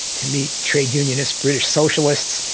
to meet trade unionists, british socialists,